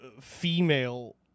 female